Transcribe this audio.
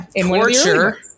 torture